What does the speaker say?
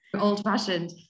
old-fashioned